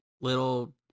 little